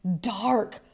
dark